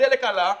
הדלק עלה.